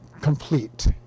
complete